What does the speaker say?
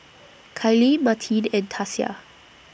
Kylie Martine and Tasia